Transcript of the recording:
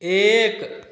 एक